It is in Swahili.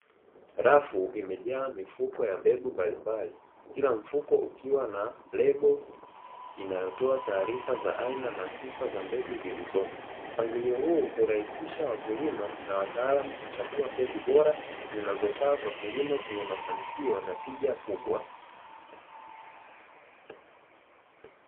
Rafu imejaaa mifuko ya mbegu mbalimbali kila mfuko ukiwa na lebo inayotoa taarifa za aina na sifa za mbegu zilizomo. Mpangilio huu hurahisisha wakulima na wataalamu kuchagua mbegu bora zinaziofaa kwa kilimo chenye mafanikio na tija kubwa.